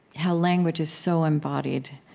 how language is so embodied.